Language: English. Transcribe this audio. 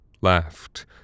laughed